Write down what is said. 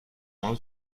all